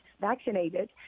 vaccinated